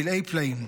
פלאי פלאים.